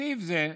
בסעיף הזה,